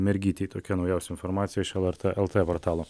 mergytei tokia naujausia informacija iš lrt lt portalo